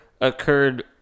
occurred